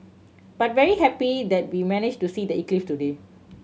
but very happy that we managed to see the eclipse today